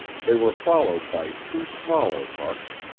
they were followed by two smaller bucks,